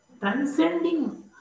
transcending